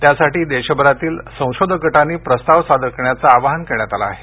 त्यासाठी देशभरातील संशोधक गटांनी प्रस्ताव सादर करण्याचं आवाहन करण्यात आलं आहे